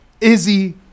Izzy